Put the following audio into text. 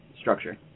structure